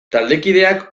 taldekideak